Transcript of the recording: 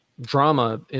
drama